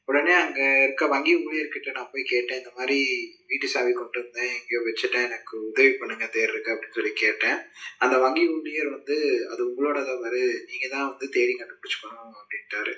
உடனே அங்கே இருக்க வங்கி ஊழியர்க்கிட்டே நான் போய் கேட்டேன் இந்த மாதிரி வீட்டு சாவி கொண்டுட்டு வந்தேன் எங்கேயோ வெச்சுட்டேன் எனக்கு உதவி பண்ணுங்க தேடுறக்கு அப்படின்னு சொல்லி கேட்டேன் அந்த வங்கி ஊழியர் வந்து அது உங்களோட தவறு நீங்கள் தான் வந்து தேடி கண்டுப்பிடிச்சிக்கணும் அப்படின்ட்டாரு